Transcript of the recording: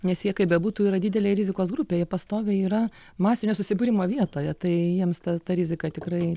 nes jie kaip bebūtų yra didelėj rizikos grupėj jie pastoviai yra masinio susibūrimo vietoje tai jiems ta ta rizika tikrai